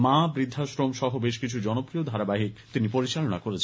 মা বৃদ্ধাশ্রম সহ বেশকিছু জনপ্রিয় ধারাবাহিক তিনি পরিচালনা করেছেন